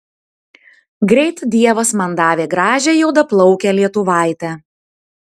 greit dievas man davė gražią juodaplaukę lietuvaitę